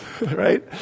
right